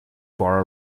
bar